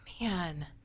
man